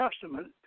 Testament